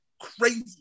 crazy